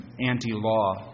anti-law